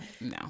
No